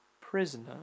prisoner